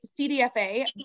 CDFA